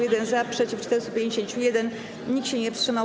1 - za, przeciw - 451, nikt się nie wstrzymał.